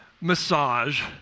massage